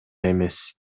эмес